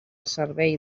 servei